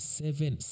seven